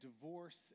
divorce